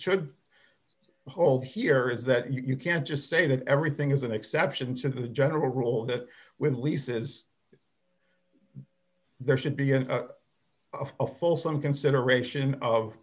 should hold here is that you can't just say that everything is an exception to the general rule that with leases there should be an a fulsome consideration of